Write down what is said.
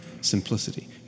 Simplicity